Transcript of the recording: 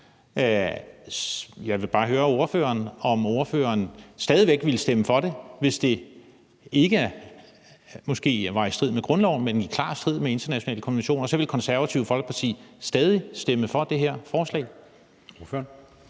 Jeg vil bare høre ordføreren, om ordføreren stadig væk ville stemme for det, hvis det måske ikke var i strid med grundloven, men at det klart var i strid med internationale konventioner, altså om Det Konservative Folkeparti så stadig ville stemme for det her forslag. Kl.